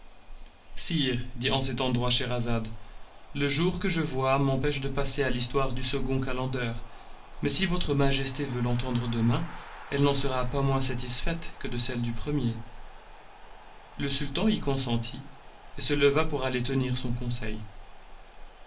sire dit en cet endroit scheherazade le jour que je vois m'empêche de passer à l'histoire du second calender mais si votre majesté veut l'entendre demain elle n'en sera pas moins satisfaite que de celle du premier le sultan y consentit et se leva pour aller tenir son conseil